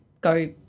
go